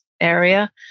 area